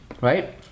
right